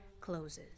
closes